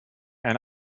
eine